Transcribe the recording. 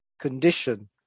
condition